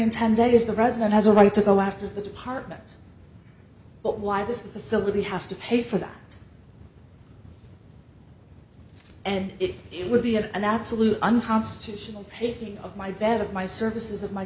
in ten days is the president has a right to go after the department but why this is a silly we have to pay for that and it would be had an absolute unconstitutional taking of my bet of my services of my